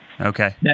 Okay